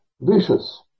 Vicious